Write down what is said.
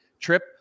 trip